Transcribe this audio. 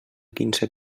quinze